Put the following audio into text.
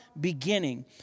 beginning